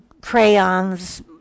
crayons